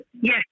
Yes